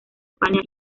españa